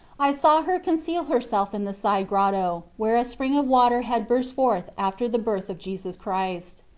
i saw her conceal herself in the side grotto, where a spring of water had burst forth after the birth of jesus christ.